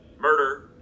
Murder